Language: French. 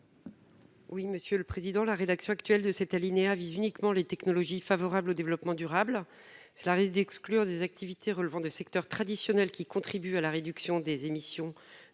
Oui, monsieur le président, la rédaction actuelle de cet alinéa vise uniquement les technologies favorables au développement durable. Cela risque d'exclure des activités relevant des secteurs traditionnels qui contribue à la réduction des émissions de gaz à effet